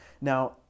now